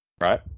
right